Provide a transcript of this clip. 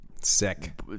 sick